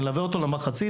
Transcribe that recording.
מלווה אותו למחצית,